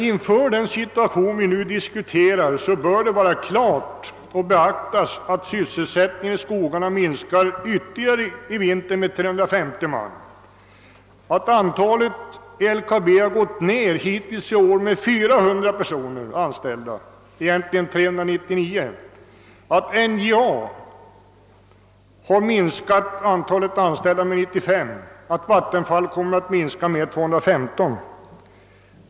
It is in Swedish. Inför den situation vi nu diskuterar bör också beaktas att antalet sysselsatta i skogarna i vinter kommer att minska med ytterligare 350 man, att antalet sysselsatta vid LKAB hittills i år gått ned med 399 man, att NJA har minskat antalet anställda med 95 och att Vattenfall kommer att minska antalet anställda med 215.